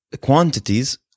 quantities